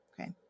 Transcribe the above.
Okay